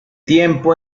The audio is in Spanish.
tiempo